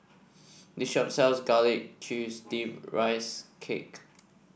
this shop sells Garlic Chives Steamed Rice Cake